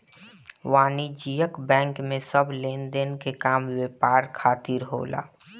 वाणिज्यिक बैंक में सब लेनदेन के काम व्यापार खातिर होला